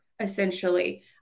essentially